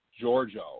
Giorgio